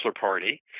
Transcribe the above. party